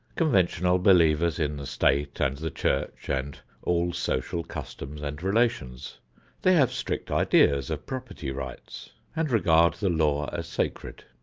conventional believers in the state and the church and all social customs and relations they have strict ideas of property rights, and regard the law as sacred.